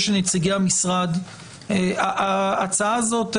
ההצעה הזאת,